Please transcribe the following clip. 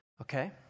Okay